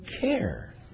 care